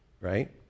Right